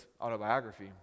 autobiography